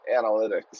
analytics